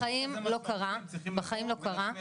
החוק צריך להיות